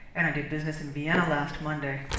and i did business in vienna last monday.